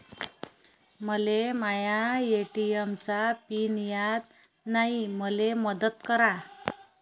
मले माया ए.टी.एम चा पिन याद नायी, मले मदत करा